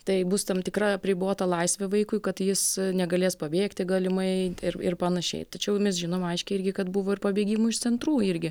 tai bus tam tikra apribota laisvė vaikui kad jis negalės pabėgti galimai ir ir panašiai tačiau mes žinom aiškiai irgi kad buvo ir pabėgimų iš centrų irgi